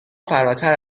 فراتر